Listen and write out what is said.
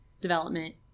development